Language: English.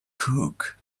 cook